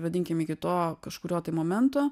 vadinkim iki to kažkurio tai momento